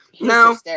No